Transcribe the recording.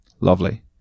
Lovely